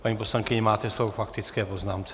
Paní poslankyně, máte slovo k faktické poznámce.